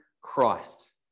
Christ